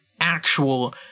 actual